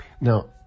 Now